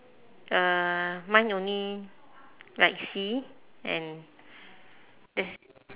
uh mine only like sea and there's